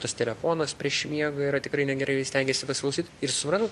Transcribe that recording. tas telefonas prieš miegą yra tikrai negerai ir stengiesi pasiklausyt ir supran